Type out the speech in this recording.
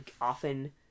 often